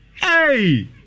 Hey